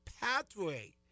pathway